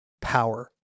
power